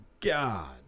God